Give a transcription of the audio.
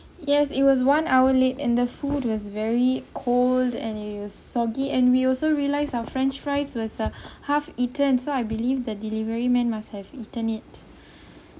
yes it was one hour late and the food was very cold and it was soggy and we also realise our french fries was uh half eaten so I believe the delivery man must have eaten it